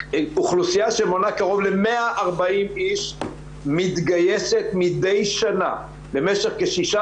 אוכלוסייה שמונה קרוב ל-140 איש מתגייסת מדי שנה במשך כשישה